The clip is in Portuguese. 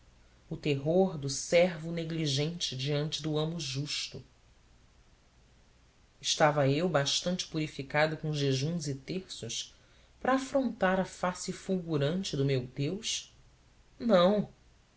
o terror do servo negligente diante do amo justo estava eu bastante purificado com jejuns e terços para afrontar a face fulgurante do meu deus não